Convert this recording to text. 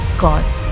cause